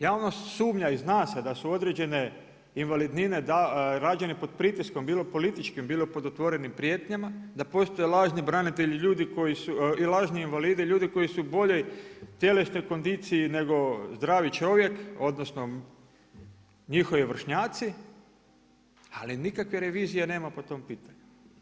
Javnost sumnja i zna se da su određene invalidnine rađene pod pritiskom bilo političkim, bilo pod otvorenim prijetnjama da postoje lažni branitelji i ljudi koji su, i lažni invalidi, ljudi koji su u boljoj tjelesnoj kondiciji nego zdravi čovjek, odnosno njihovi vršnjaci ali nikakve revizije nema po tom pitanju.